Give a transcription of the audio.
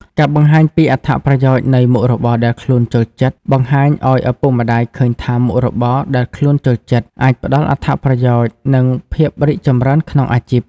ការបង្ហាញពីអត្ថប្រយោជន៍នៃមុខរបរដែលខ្លួនចូលចិត្ត បង្ហាញឲ្យឪពុកម្ដាយឃើញថាមុខរបរដែលខ្លួនចូលចិត្ត អាចផ្តល់អត្ថប្រយោជន៍ និងភាពរីកចម្រើនក្នុងអាជីព។